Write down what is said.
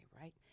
right